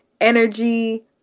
energy